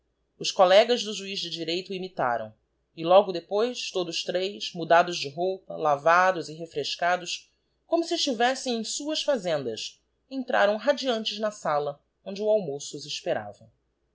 os collegas do juiz de direito o imitaram e logo depois todos três mudados de roupa lavados e refrescados como si estivessem em suas fazendas entraram radiantes na sala onde o almoço os esperava